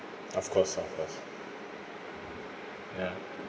of course of course ya